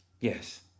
yes